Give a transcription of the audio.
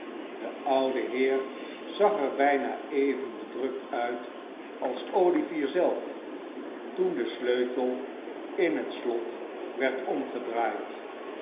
de oude heer zag er bijna even bedrukt uit als olivier zelf toen de sleutel in het slot werd omgedraaid